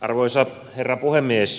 arvoisa herra puhemies